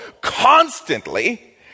constantly